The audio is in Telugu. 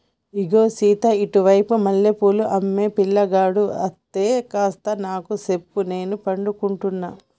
ఇగో సీత ఇటు వైపు మల్లె పూలు అమ్మే పిలగాడు అస్తే కాస్త నాకు సెప్పు నేను పడుకుంటున్న